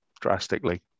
drastically